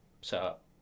setup